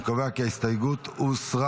אני קובע כי ההסתייגות הוסרה.